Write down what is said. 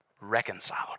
reconciled